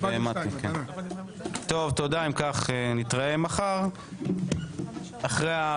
היועצת המשפטית הנחתה שאם הייתה רוויזיה לפני הצבעה